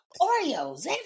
Oreos